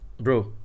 Bro